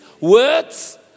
words